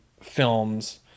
films